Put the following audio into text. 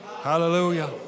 Hallelujah